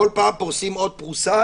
בכל פעם פורסים עוד פרוסה